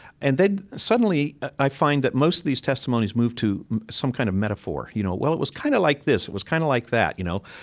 and then, suddenly, i find that most of these testimonies move to some kind of metaphor. you know well, it was kind of like this it was kind of like that you know,